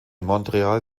montreal